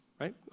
right